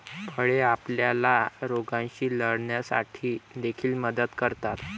फळे आपल्याला रोगांशी लढण्यासाठी देखील मदत करतात